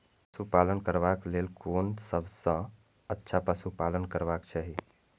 पशु पालन करबाक लेल कोन सबसँ अच्छा पशु पालन करबाक चाही?